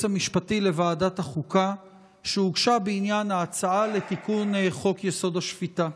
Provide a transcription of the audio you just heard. המשפטי לוועדת החוקה שהוגשה בעניין ההצעה לתיקון חוק-יסוד: השפיטה.